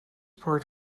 part